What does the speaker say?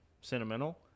sentimental